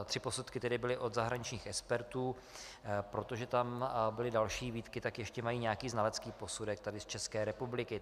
Tři posudky byly od zahraničních expertů, protože tam byly další výtky, tak ještě mají nějaký znalecký posudek z České republiky.